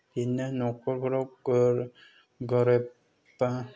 बिदिनो न'खरफोराव गो गरिब बा